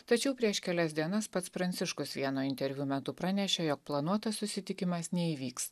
tačiau prieš kelias dienas pats pranciškus vieno interviu metu pranešė jog planuotas susitikimas neįvyks